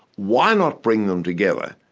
why not bring them together,